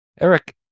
Eric